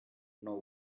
know